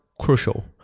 crucial